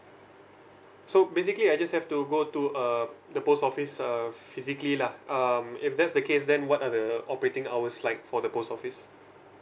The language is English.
so basically I just have to go to uh the post office uh physically lah um if that's the case then what are the operating hours like for the post office